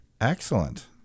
excellent